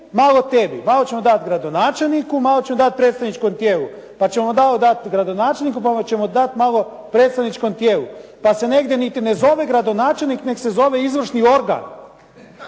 malo tebi. Malo ćemo dati gradonačelniku, malo ćemo dati predstavničkom tijelu, pa ćemo malo dati gradonačelniku, pa ćemo dat malo predstavničkom tijelu pa se negdje niti ne zove gradonačelnik nego se zove izvršni organ